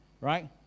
Right